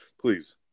please